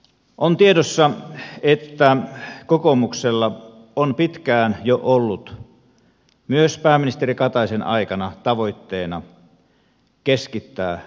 on tiedossa että kokoomuksella on pitkään jo ollut myös pääministeri kataisen aikana tavoitteena keskittää suomea